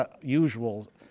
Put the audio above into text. usual